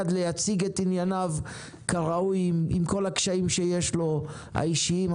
להציג את ענייניו כראוי עם כל הקשיים שיש לו האישיים,